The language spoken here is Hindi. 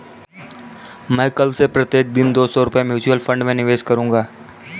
मैं कल से प्रत्येक दिन दो सौ रुपए म्यूचुअल फ़ंड में निवेश करूंगा